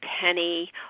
penny